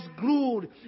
glued